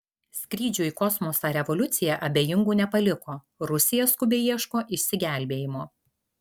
skrydžių į kosmosą revoliucija abejingų nepaliko rusija skubiai ieško išsigelbėjimo